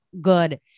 good